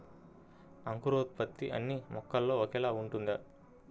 అంకురోత్పత్తి అన్నీ మొక్కల్లో ఒకేలా ఉంటుందా?